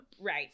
Right